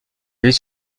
avait